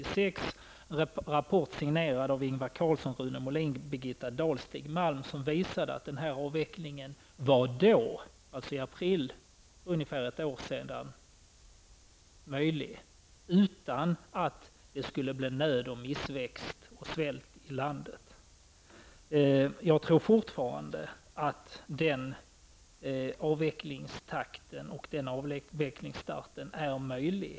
Det var en rapport signerad av Ingvar Malm, som visade att avvecklingen då -- dvs. i april, för ungefär ett år sedan -- var möjlig utan att det skulle leda till nöd, missväxt och svält i landet. Jag tror fortfarande att det är möjligt att börja avvecklingen då och att denna avvecklingstakt är möjlig.